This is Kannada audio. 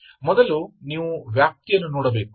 ಆದ್ದರಿಂದ ಮೊದಲು ನೀವು ವ್ಯಾಪ್ತಿ ಅನ್ನು ನೋಡಬೇಕು